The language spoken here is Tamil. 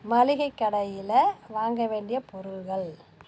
மளிகை கடையில் வாங்க வேண்டிய பொருட்கள்